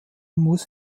muss